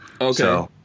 Okay